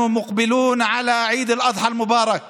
אנו בפתחו של עיד אל-אדחא המבורך